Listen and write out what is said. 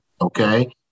okay